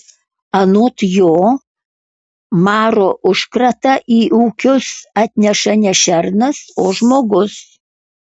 anot jo maro užkratą į ūkius atneša ne šernas o žmogus